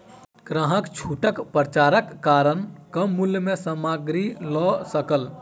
ग्राहक छूटक पर्चाक कारण कम मूल्य में सामग्री लअ सकल